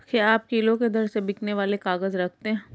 क्या आप किलो के दर से बिकने वाले काग़ज़ रखते हैं?